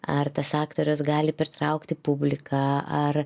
ar tas aktorius gali pritraukti publiką ar